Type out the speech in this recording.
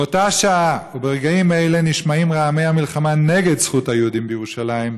באותה השעה וברגעים אלה נשמעים רעמי המלחמה נגד זכות היהודים בירושלים,